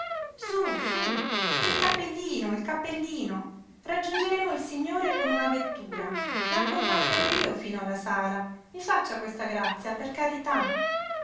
sú sú il cappellino il cappellino raggiungeremo il signore con una vettura la accompagnerò io fino alla sala i faccia questa grazia per carità